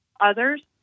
others